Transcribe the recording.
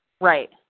Right